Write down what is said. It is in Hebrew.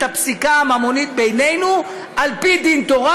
הפסיקה הממונית בינינו על-פי דין תורה,